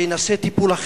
שינסה טיפול אחר,